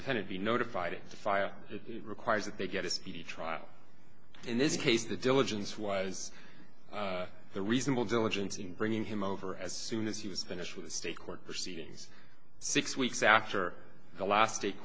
defendant be notified of the fire it requires that they get a speedy trial in this case the diligence was the reasonable diligence in bringing him over as soon as he was finished with the state court proceedings six weeks after the last